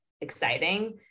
exciting